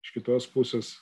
iš kitos pusės